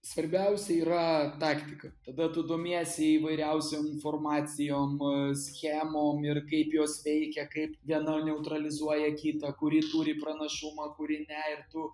svarbiausia yra taktika tada tu domiesi įvairiausiom informacijom schemom ir kaip jos veikia kaip viena neutralizuoja kitą kuri turi pranašumą kurį ne ir tu